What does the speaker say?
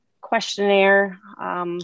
questionnaire –